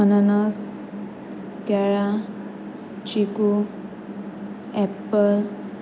अननस केळीं चिकू एप्पल